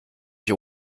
ich